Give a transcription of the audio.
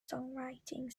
songwriting